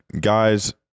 guys